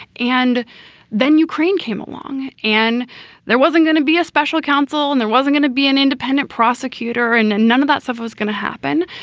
and then ukraine came along and there wasn't going to be a special counsel and there wasn't going to be an independent prosecutor and and none of that stuff was gonna happen.